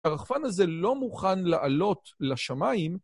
הרחפן הזה לא מוכן לעלות לשמיים.